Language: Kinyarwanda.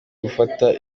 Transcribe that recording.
gufata